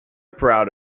proud